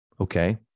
okay